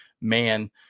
man